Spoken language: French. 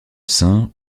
saint